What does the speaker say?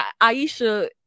Aisha